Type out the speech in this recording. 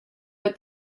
but